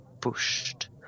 pushed